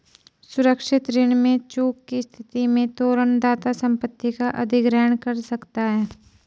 सुरक्षित ऋण में चूक की स्थिति में तोरण दाता संपत्ति का अधिग्रहण कर सकता है